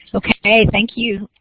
okay, thank you.